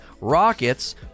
rockets